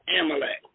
Amalek